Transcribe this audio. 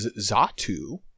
Zatu